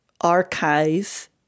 archive